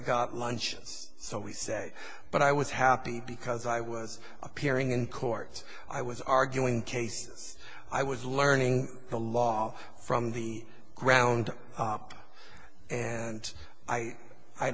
got lunch so he said but i was happy because i was appearing in court i was arguing cases i was learning the law from the ground and i i